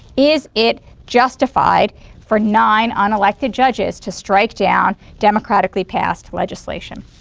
is it justified for nine unelected judges to strike down democratically passed legislation?